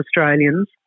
Australians